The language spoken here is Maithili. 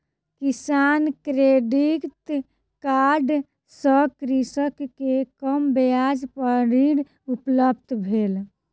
किसान क्रेडिट कार्ड सँ कृषक के कम ब्याज पर ऋण उपलब्ध भेल